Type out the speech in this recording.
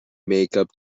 makeup